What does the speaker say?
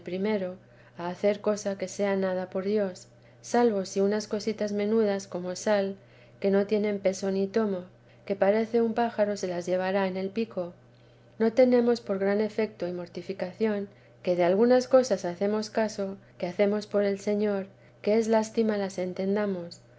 primero a hacer cosa que sea nada por dios salvo sí unas cositas menudas como sal que no tienen peso ni tomo que parece un pájaro se las llevara en el pico no tenemos por gran efeto y mortificación que de algunas cosas hacemos caso que hacemos por el señor que es lástima las entendamos